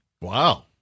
Wow